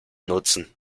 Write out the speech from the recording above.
nutzen